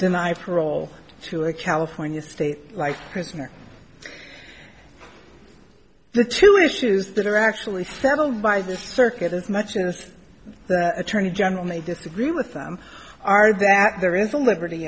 deny parole to a california state like prisoner the two issues that are actually settled by the circuit as much as the attorney general may disagree with them are that there is a liberty